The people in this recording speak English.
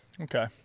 Okay